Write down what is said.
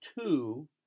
two